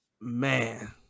Man